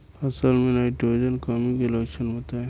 फसल में नाइट्रोजन कमी के लक्षण बताइ?